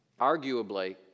arguably